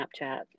Snapchat